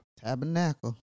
Tabernacle